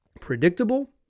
predictable